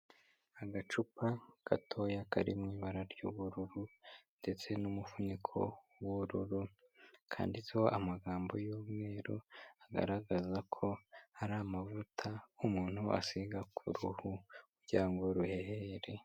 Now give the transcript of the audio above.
Agacupa gatoya kari mu ibara ry'ubururu ndetse n'umufuniko w'ubururu, kanditseho amagambo y'umweru agaragaza ko, ari amavuta umuntu asiga ku ruhu kugira ngo ruhehere.